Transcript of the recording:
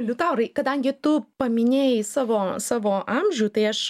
liutaurai kadangi tu paminėjai savo savo amžių tai aš